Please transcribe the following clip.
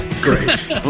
Great